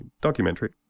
documentary